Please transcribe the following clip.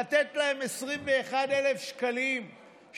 לתת להם 21,000 שקלים,